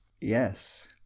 Yes